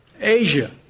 Asia